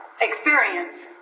experience